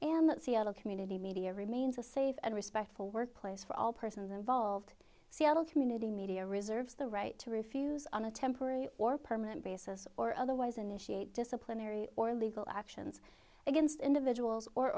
and that seattle community media remains a safe and respectful workplace for all persons involved seattle community media reserves the right to refuse on a temporary or permanent basis or otherwise initiate disciplinary or legal actions against individuals or